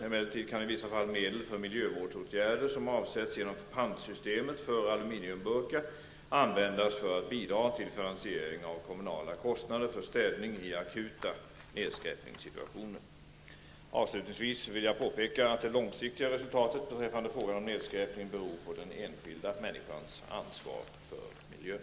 Emellertid kan i vissa fall medel för miljövårdsåtgärder som avsätts genom pantsystemet för aluminiumburkar användas för att bidra till finansiering av kommunala insatser för städning akuta nedskräpningssituationer. Avslutningsvis vill jag påpeka att det långsiktiga resultatet beträffande frågan om nedskräpning beror på den enskilda människans ansvar för miljön.